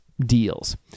deals